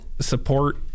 support